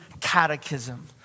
catechism